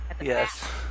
Yes